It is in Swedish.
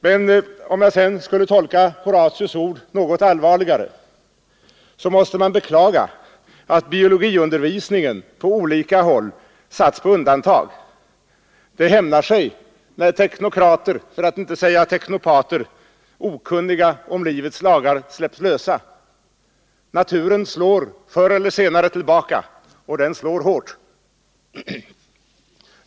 Men om jag skall tolka Horatius” ord något allvarligare måste jag beklaga att biologiundervisningen på olika håll har satts på undantag. Det hämnar sig när teknokrater — för att inte säga teknopater — okunniga om livets lagar släpps lösa. Naturen slår förr eller senare tillbaka, och den slår hårt.